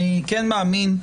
אני כן מאמין,